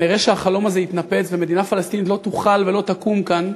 נראה שהחלום הזה יתנפץ ומדינה פלסטינית לא תוכל ולא תקום כאן.